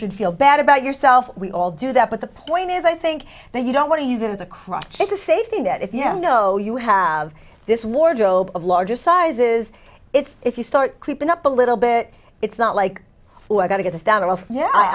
should feel bad about yourself we all do that but the point is i think that you don't want to use it as a crutch it's a safe thing that if you know you have this wardrobe of larger sizes it's if you start creeping up a little bit it's not like we're going to get us down and yeah i